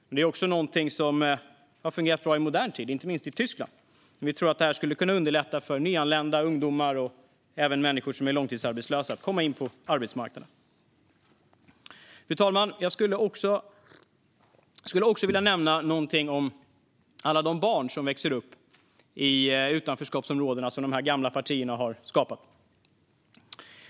Men det är också någonting som har fungerat bra i modern tid, inte minst i Tyskland, och vi tror att det skulle kunna underlätta för nyanlända, ungdomar och även människor som är långtidsarbetslösa att komma in på arbetsmarknaden. Fru talman! Jag skulle också vilja nämna någonting om alla de barn som växer upp i de utanförskapsområden som de gamla partierna har skapat.